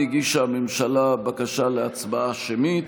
הגישה הממשלה בקשה להצבעה שמית.